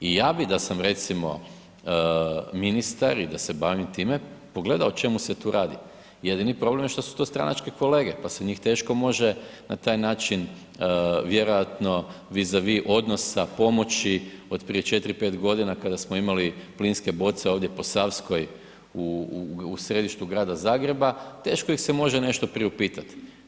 I ja bi da sam recimo ministar i da se bavim time pogledao o čemu se tu radi, jedini problem je što su to stranačke kolege, pa se njih teško može na taj način vjerojatno vi za vi odnosa pomoći od prije 4, 5 godina kada smo imali plinske boce ovdje po Savskoj u središtu Grada Zagreba, teško ih se može nešto priupitat.